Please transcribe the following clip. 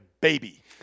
baby